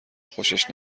خوشش